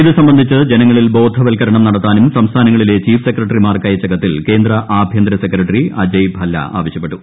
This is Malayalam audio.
ഇത് സംബന്ധിച്ച് ജനങ്ങളിൽ ബോധവൽകരണം നടത്താനും സംസ്ഥാനങ്ങളിലെ ചീഫ് സെക്രട്ടറിമാർക്ക് അയച്ച കത്തിൽ കേന്ദ്ര ആഭ്യന്തര സെക്രട്ടറി അജയ് ഭല്ല ആവശ്യപ്പെട്ടു